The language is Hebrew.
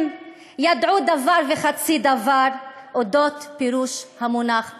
ידעו דבר וחצי דבר על אודות פירוש המונח פאשיזם,